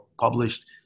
published